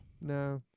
No